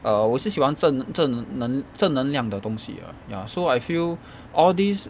err 我是喜欢真正能正能量的东西 ya so I feel all these